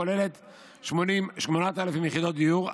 הכוללת כ-8,000 יחידות דיור,